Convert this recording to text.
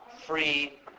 free